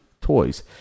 toys